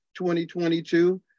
2022